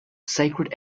sacred